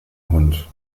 hund